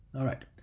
alright,